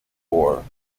corps